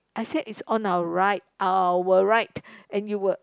I said is on our right our right and you were